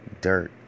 Dirt